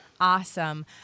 Awesome